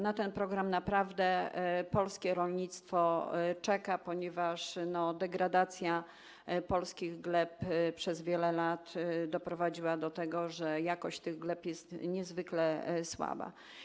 Na ten program naprawdę polskie rolnictwo czeka, ponieważ degradacja polskich gleb przez wiele lat doprowadziła do tego, że jakość tych gleb jest niezwykle słaba.